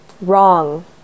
wrong